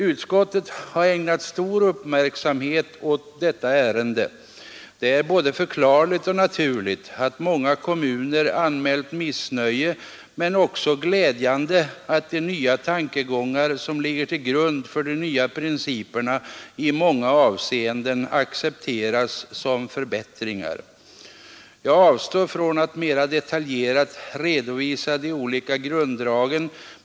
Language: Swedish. Utskottet har ägnat stor uppmärksamhet åt detta ärende. Det är både förklarligt och naturligt att många kommuner anmält missnöje men det är också glädjande att de tankegångar som ligger till grund för de nya principerna i många avseenden accepteras som förbättringar. Jag avstår från att mera detaljerat redovisa de olika grunddragen.